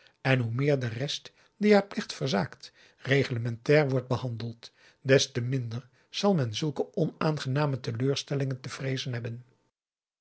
en hoe meer de rest die haar plicht verzaakt reglementair wordt behandeld des te minder zal men zulke onaangename teleurstellingen te vreezen hebben